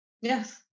Yes